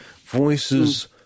voices